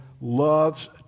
loves